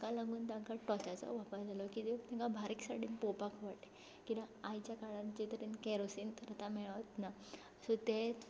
ताका लागून तांकां टोर्चाचो वापर लागलो कित्याक तांकां बारीकसाणीन पळोवपाक पडलें कित्याक आयच्या काळार जे तरेन केरोसीन तर आतां मेळच ना सो ते